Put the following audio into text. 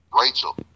Rachel